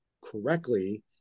correctly